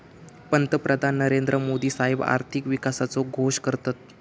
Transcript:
पंतप्रधान नरेंद्र मोदी साहेब आर्थिक विकासाचो घोष करतत